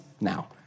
now